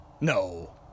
No